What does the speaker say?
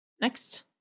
Next